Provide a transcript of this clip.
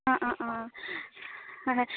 অঁ অঁ অঁ হয় হয়